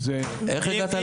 איך הגעת לאלפים?